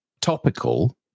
topical